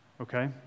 Okay